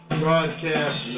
broadcast